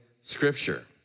scripture